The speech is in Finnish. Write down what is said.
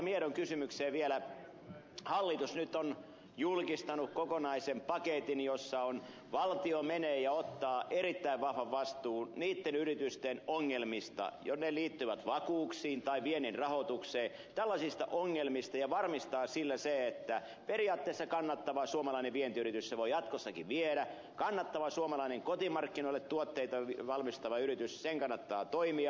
miedon kysymykseen vielä hallitus nyt on julkistanut kokonaisen paketin jossa valtio menee ja ottaa erittäin vahvan vastuun niitten yritysten ongelmista jotka liittyvät vakuuksiin tai viennin rahoitukseen ja varmistaa sillä sen että periaatteessa kannattava suomalainen vientiyritys voi jatkossakin viedä kannattavan suomalaisen kotimarkkinoille tuotteita valmistavan yrityksen kannattaa toimia